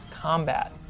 combat